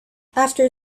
after